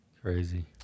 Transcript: Crazy